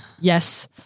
Yes